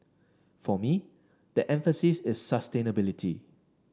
for me the emphasis is sustainability